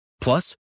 Plus